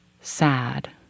sad